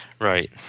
Right